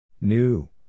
New